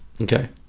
okay